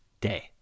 day